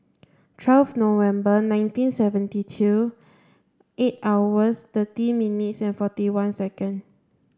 twelve November nineteen seventy two eight hours thirty minutes and forty one second